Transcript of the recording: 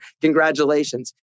Congratulations